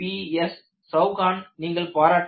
S Chauhan நீங்கள் பாராட்ட வேண்டும்